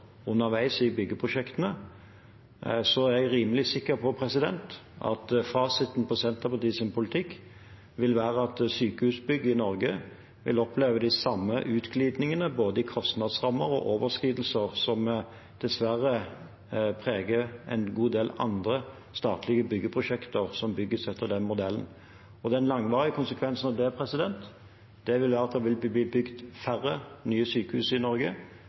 underveis i byggeprosjektene, er jeg rimelig sikker på at fasiten på Senterpartiets politikk vil være at sykehusbygg i Norge vil oppleve de samme utglidningene både i kostnadsrammer og overskridelser som dessverre preger en god del andre statlige byggeprosjekter som bygges etter den modellen. Den langvarige konsekvensen av det vil være at det vil bli bygd færre nye sykehus i Norge,